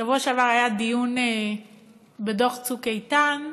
בשבוע שעבר היה דיון בדוח "צוק איתן".